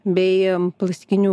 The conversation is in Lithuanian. bei plastikinių